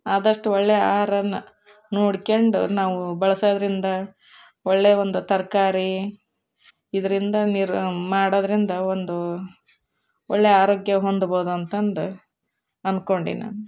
ಆದಷ್ಟು ಒಳ್ಳೆಯ ಆಹಾರನ ನೋಡ್ಕೊಂಡು ನಾವು ಬಳಸೋದರಿಂದ ಒಳ್ಳೆಯ ಒಂದು ತರಕಾರಿ ಇದರಿಂದ ನಿರ್ ಮಾಡೋದರಿಂದ ಒಂದು ಒಳ್ಳೆಯ ಆರೋಗ್ಯ ಹೊಂದ್ಬೌದು ಅಂತಂದು ಅನ್ಕೊಂಡಿನಿ ನಾನು